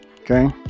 Okay